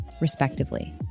respectively